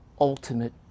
ultimate